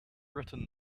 written